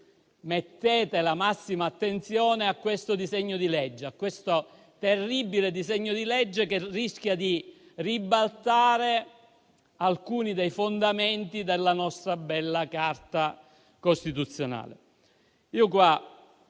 ponete la massima attenzione a questo disegno di legge, a questo terribile disegno di legge, che rischia di ribaltare alcuni dei fondamenti della nostra bella Carta costituzionale.